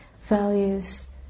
values